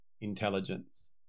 intelligence